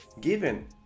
Given